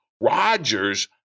Rodgers